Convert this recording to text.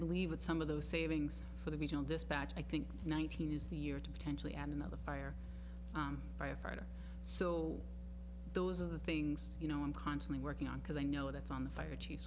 believe that some of those savings for the regional dispatch i think one thousand is the year to potentially add another fire firefighter so those are the things you know i'm constantly working on because i know that's on the fire chief